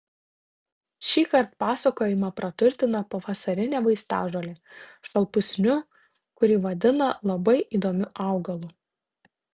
šįkart pasakojimą praturtina pavasarine vaistažole šalpusniu kurį vadina labai įdomiu augalu